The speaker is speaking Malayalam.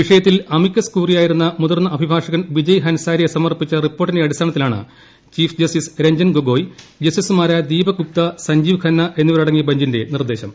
വിഷയത്തിൽ അമിക്കസ് ക്യൂറിയായിരുന്ന മുതിർന്ന അഭിഭാഷകൻ വിജയ് ഹൻസാരിയ സമർപ്പിച്ച റിപ്പോർട്ടിന്റെ അടിസ്ഥാനത്തിലാണ് ചീഫ് ജസ്റ്റിസ് രഞജൻ ഗൊഗോയ് ജസ്റ്റിസുമാരായ ദീപക് ഗുപ്ത സഞ്ജീവ് ഖന്ന എന്നിവരടങ്ങിയ ബഞ്ചിന്റെ നിർദ്ദേശം